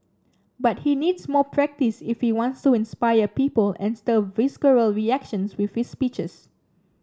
but he needs more practise if he wants to inspire people and stir visceral reactions with his speeches